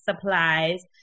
Supplies